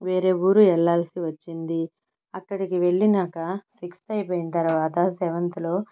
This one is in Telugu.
వేరే ఊరు వెళ్ళాల్సివచ్చింది అక్కడికి వెళ్ళినాకా సిక్స్త్ అయిపోయిన తర్వాత సెవెంత్లో